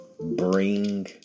bring